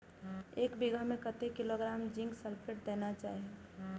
एक बिघा में कतेक किलोग्राम जिंक सल्फेट देना चाही?